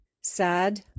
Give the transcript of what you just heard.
sad